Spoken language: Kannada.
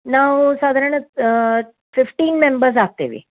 ನಾವು ಸಾಧಾರಣ ಫಿಫ್ಟೀನ್ ಮೆಂಬರ್ಸ್ ಆಗ್ತೀವಿ